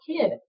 kid